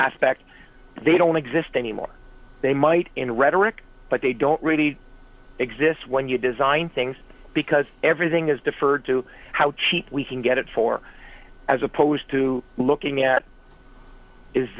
aspect they don't exist anymore they might in rhetoric but they don't really exist when you design things because everything is deferred to how cheap we can get it for as opposed to looking at is